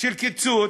של קיצוץ,